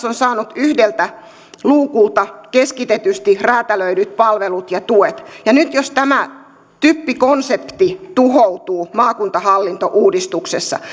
on saanut yhdeltä luukulta keskitetysti räätälöidyt palvelut ja tuet nyt jos tämä typ konsepti tuhoutuu maakuntahallintouudistuksessa